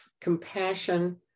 compassion